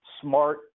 smart